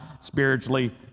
spiritually